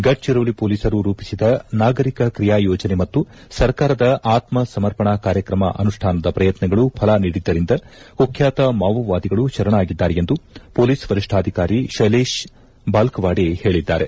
ಗಢ್ಚಿರೋಲಿ ಪೊಲೀಸರು ರೂಪಿಸಿದ ನಾಗರಿಕ ಕ್ರಿಯಾ ಯೋಜನೆ ಮತ್ತು ಸರ್ಕಾರದ ಆತ್ತಾ ಸಮರ್ಪಣಾ ಕಾರ್ಯಕ್ರಮ ಅನುಷ್ಠಾನದ ಶ್ರಯತ್ನಗಳು ಫಲ ನೀಡಿದ್ದರಿಂದ ಕುಖ್ಠಾತ ಮಾವೋವಾದಿಗಳು ಶರಣಾಗಿದ್ದಾರೆ ಎಂದು ಪೊಲೀಸ್ ವರಿಷ್ಣಾಧಿಕಾರಿ ಶೈಲೇಶ್ ಬಾಲ್ತವಾಡೆ ಹೇಳಿದ್ದಾರೆ